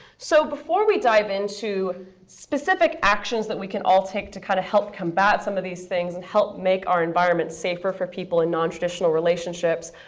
so before we dive into specific actions that we can all take to kind of help combat some of these things and help make our environment safer for people in nontraditional relationships,